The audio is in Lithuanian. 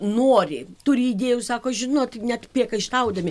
nori turi idėjų sako žinot net priekaištaudami